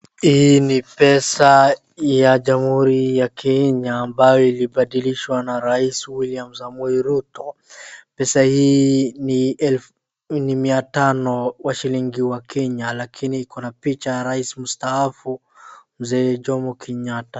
Hii ni pesa ya jamhuri ya kenya ambayo ilipadilishwa na rais William Samoi Ruto .Pesa hii ni elfu ni mia tano wa shilingi wa kenya lakini ikona picha ya rais mstaafu mzee Jomo Kenyatta.